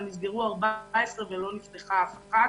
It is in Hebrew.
אבל נסגרו 14 ולא נפתחה אף אחת,